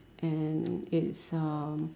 and it's uh